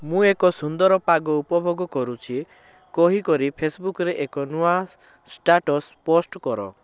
ମୁଁ ଏକ ସୁନ୍ଦର ପାଗ ଉପଭୋଗ କରୁଛି କହି କରି ଫେସବୁକ୍ରେ ଏକ ନୂଆ ଷ୍ଟାଟସ୍ ପୋଷ୍ଟ୍ କର